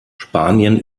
spanien